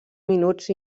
minuts